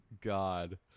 God